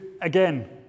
again